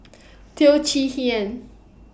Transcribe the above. Teo Chee Hean